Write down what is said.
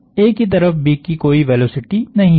A की तरफ B की कोई वेलोसिटी नहीं है